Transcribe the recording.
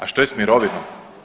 A što je s mirovinom?